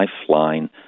Lifeline